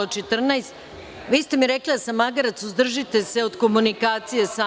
Vi ste mi rekli da sam magarac, suzdržite se od komunikacija sa mnom.